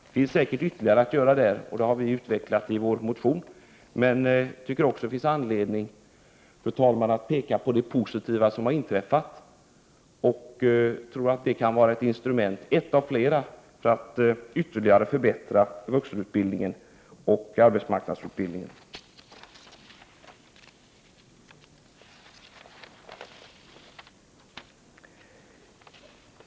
Det finns säkert ytterligare att göra där, och det har vi utvecklat i vår motion, men jag tycker att det också finns anledning att peka på det positiva som inträffat. Detta kan vara ett av flera instrument för att ytterligare förbättra vuxenutbildningen och arbetsmarknadsutbildningen.